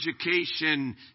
education